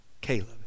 Caleb